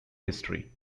history